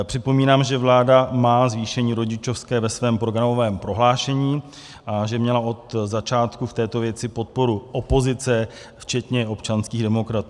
Připomínám, že vláda má zvýšení rodičovské ve svém programovém prohlášení a že měla od začátku v této věci podporu opozice, včetně občanských demokratů.